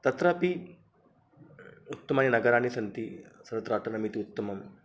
तत्रापि उत्तमानि नगराणि सन्ति सर्वत्र अटनमिति उत्तमम्